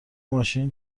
ماشین